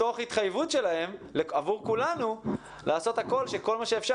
תוך התחייבות שלהם עבור כולנו לעשות הכול שכל מה שאפשר